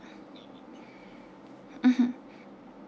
mmhmm